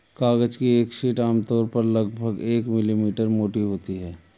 कागज की एक शीट आमतौर पर लगभग एक मिलीमीटर मोटी होती है